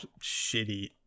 shitty